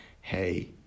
hey